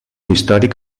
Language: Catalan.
històric